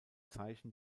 zeichen